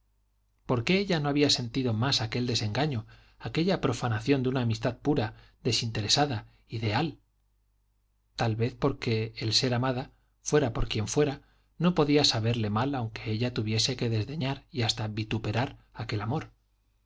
por qué ella no había sentido más aquel desengaño aquella profanación de una amistad pura desinteresada ideal tal vez porque el ser amada fuera por quien fuera no podía saberle mal aunque ella tuviese que desdeñar y hasta vituperar aquel amor